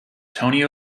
tony